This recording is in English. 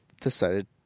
decided